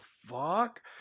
fuck